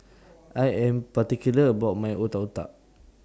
I Am particular about My Otak Otak